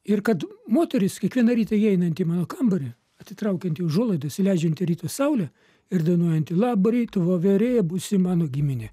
ir kad moteris kiekvieną rytą įeinanti į mano kambarį atitraukianti užuolaidas įleidžianti ryto saulę ir dainuojanti labą rytą voverė būsi mano giminė